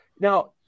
now